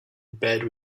bed